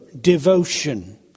devotion